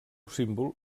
símbol